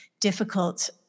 difficult